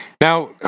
Now